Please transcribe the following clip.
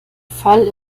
fall